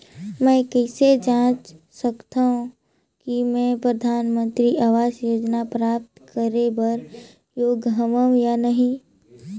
मैं कइसे जांच सकथव कि मैं परधानमंतरी आवास योजना प्राप्त करे बर योग्य हववं या नहीं?